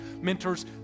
mentors